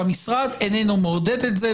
שהמשרד איננו מעודד את זה,